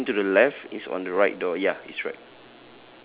it's facing to the left it's on the right door ya it's right